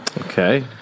Okay